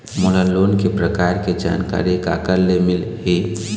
मोला लोन के प्रकार के जानकारी काकर ले मिल ही?